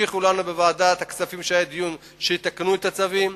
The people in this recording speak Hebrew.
כאשר התקיים דיון בוועדת הכספים הבטיחו לנו שיתקנו את הצווים.